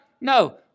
No